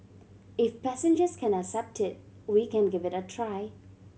if passengers can accept it we can give it a try